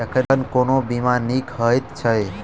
एखन कोना बीमा नीक हएत छै?